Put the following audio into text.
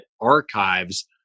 archives